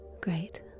great